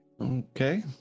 Okay